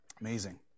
Amazing